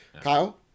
Kyle